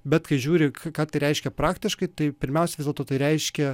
bet kai žiūri ką reiškia praktiškai tai pirmiausia vis dėlto tai reiškia